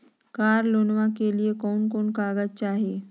कार लोनमा के लिय कौन कौन कागज चाही?